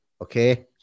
Okay